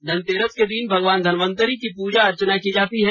धनतेरस के दिन भगवान धनवंतरि की पूजा अर्चना की जाती है